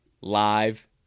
live